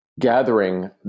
gathering